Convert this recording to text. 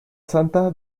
santa